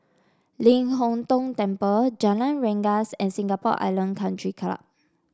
Ling Hong Tong Temple Jalan Rengas and Singapore Island Country Club